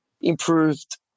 improved